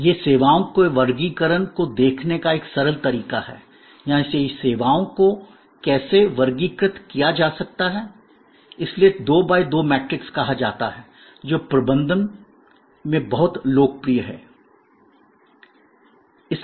यह सेवाओं के वर्गीकरण को देखने का एक सरल तरीका है या सेवाओं को कैसे वर्गीकृत किया जा सकता है इसलिए इसे 2 बाय 2 मैट्रिक्स कहा जाता है जो प्रबंधन में बहुत लोकप्रिय है